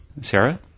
Sarah